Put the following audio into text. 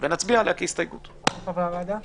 שצריך להחיל את זה על כל העובדים הזרים ואני בעד.